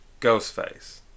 Ghostface